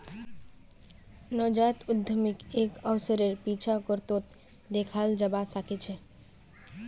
नवजात उद्यमीक एक अवसरेर पीछा करतोत दखाल जबा सके छै